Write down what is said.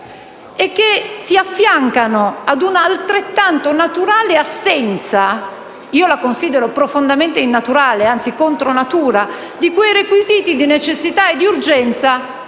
e che si affiancano a un'altrettanto naturale assenza - io la considero profondamente innaturale, anzi contro natura - di quei requisiti di necessità e urgenza